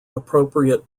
appropriate